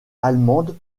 allemande